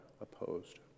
opposed